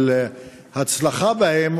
הצלחה בהן,